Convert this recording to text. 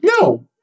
No